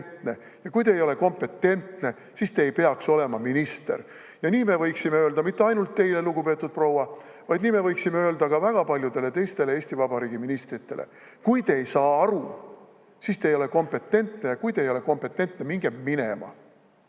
Ja kui te ei ole kompetentne, siis te ei peaks olema minister. Ja nii me võiksime öelda mitte ainult teile, lugupeetud proua, vaid nii me võiksime öelda ka väga paljudele teistele Eesti Vabariigi ministritele. Kui te ei saa aru, siis te ei ole kompetentne, ja kui te ei ole kompetentne, minge minema.